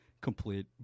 complete